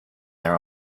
their